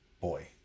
boy